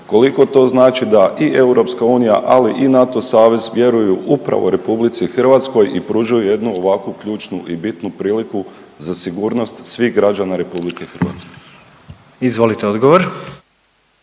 Koliko to znači da i EU, ali i NATO savez vjeruju upravo RH i pružaju jednu ovakvu ključnu i bitnu priliku za sigurnost svih građana Republike Hrvatske. **Jandroković,